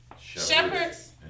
shepherds